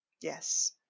Yes